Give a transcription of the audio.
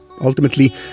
Ultimately